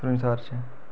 सूरीईंसर च